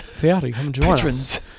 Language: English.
patrons